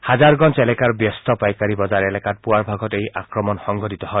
হাজাৰগঞ্জ এলেকাৰ ব্যস্ত পাইকাৰী বজাৰ এলেকাত পুৱাৰ ভাগত এই আক্ৰমণ সংঘটিত হয়